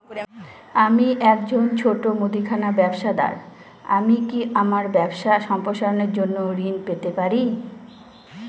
আমি একজন ছোট মুদিখানা ব্যবসাদার আমি কি আমার ব্যবসা সম্প্রসারণের জন্য ঋণ পেতে পারি?